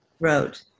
wrote